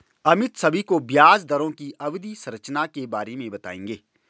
अमित सभी को ब्याज दरों की अवधि संरचना के बारे में बताएंगे